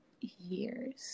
years